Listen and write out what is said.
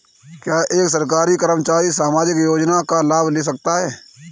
क्या एक सरकारी कर्मचारी सामाजिक योजना का लाभ ले सकता है?